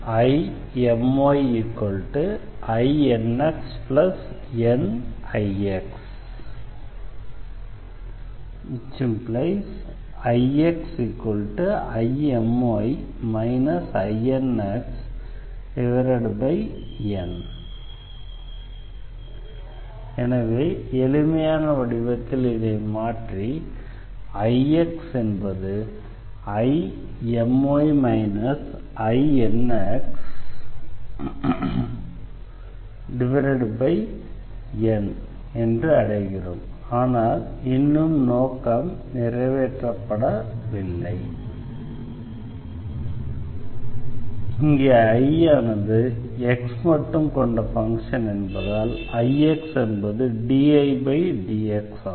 IMyINxNIx IxIMy INxN எனவே எளிமையான வடிவத்தில் இதை மாற்றி Ix என்பது IMy INxN என்று அடைகிறோம் ஆனால் இன்னும் நோக்கம் நிறைவேற்றப்படவில்லை இங்கே I ஆனது x மட்டும் கொண்ட ஃபங்ஷன் என எடுப்பதால் Ix என்பது dIdx ஆகும்